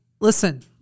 listen